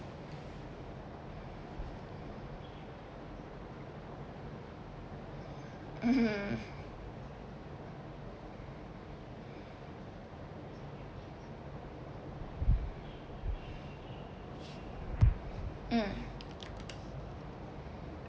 mmhmm mm